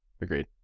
Agreed